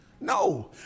No